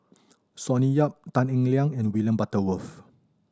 Sonny Yap Tan Eng Liang and William Butterworth